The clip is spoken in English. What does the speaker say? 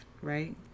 right